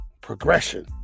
progression